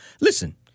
Listen